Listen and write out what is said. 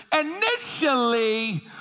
initially